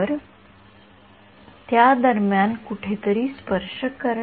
आम्ही येथे परत गेल्यावर कमीतकमी १ म्हणजे विरळ